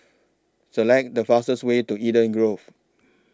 Select The fastest Way to Eden Grove